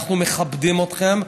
אנחנו מכבדים אתכם.